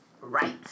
right